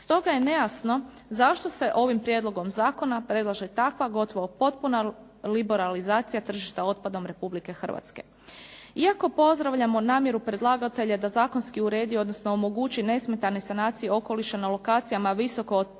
Stoga je nejasno zašto se ovim prijedlogom zakona predlaže takva, gotovo potpuna liberalizacija tržišta otpadom Republike Hrvatske. Iako pozdravljamo namjeru predlagatelja da zakonski uredi odnosno omogući nesmetane sanacije okoliša na lokacijama visoko terećenima